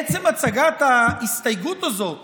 עצם הצגת ההסתייגות הזאת